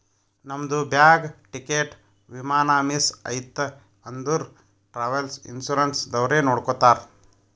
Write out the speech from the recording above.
ನಮ್ದು bag, ticket, ವಿಮಾನ miss ಐಯ್ತ ಅಂದುರ್ ಟ್ರಾವೆಲ್ ಇನ್ಸೂರೆನ್ಸ್ ದವ್ರೆ ನೋಡ್ಕೊತ್ತಾರ್